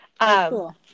Cool